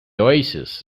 oasis